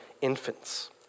infants